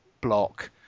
block